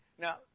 Now